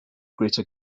greater